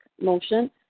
motion